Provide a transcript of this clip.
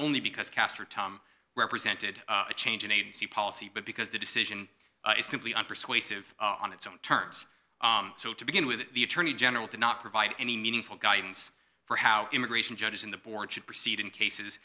only because caster tom represented a change in agency policy but because the decision simply unpersuasive on its own terms so to begin with the attorney general did not provide any meaningful guidance for how immigration judges in the board should proceed in cases